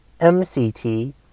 M-C-T